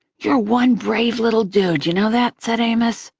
you're one brave little dude, you know that? said amos,